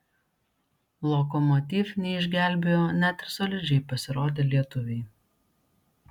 lokomotiv neišgelbėjo net ir solidžiai pasirodę lietuviai